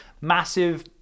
massive